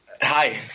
Hi